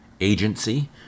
agency